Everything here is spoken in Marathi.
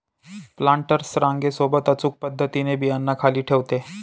प्लांटर्स रांगे सोबत अचूक पद्धतीने बियांना खाली ठेवते